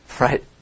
Right